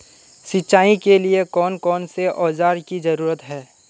सिंचाई के लिए कौन कौन से औजार की जरूरत है?